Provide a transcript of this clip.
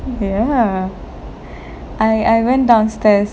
ya I I went downstairs